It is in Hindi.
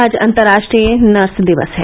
आज अंतरराष्ट्रीय नर्स दिवस है